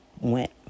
went